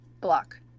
block